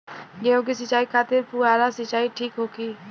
गेहूँ के सिंचाई खातिर फुहारा सिंचाई ठीक होखि?